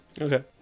Okay